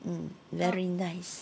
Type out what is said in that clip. mm very nice